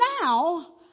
now